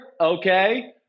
Okay